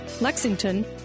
Lexington